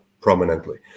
prominently